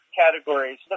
categories